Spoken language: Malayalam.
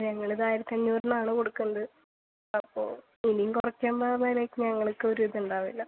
ഞങ്ങൾ ഇത് ആയിരത്തിയഞ്ഞൂറിനാണ് കൊടുക്കുന്നത് അപ്പോൾ ഇനിയും കുറയ്ക്കുമ്പോൾ അത് ലൈക്ക് ഞങ്ങൾക്ക് ഒരിത് ഉണ്ടാവില്ല